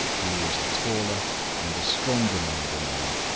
he was a taller and a stronger man than i,